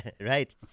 Right